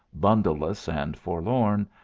bundleless and forlorn,